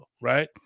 right